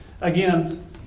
again